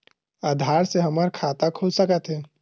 आधार से हमर खाता खुल सकत हे?